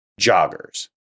joggers